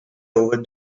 over